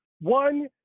One